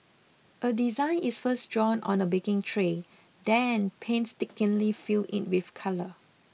a design is first drawn on a baking tray then painstakingly filled in with colour